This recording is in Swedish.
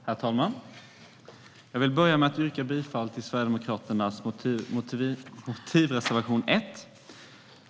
Herr talman! Jag vill börja med att yrka bifall till Sverigedemokraternas motivreservation 1.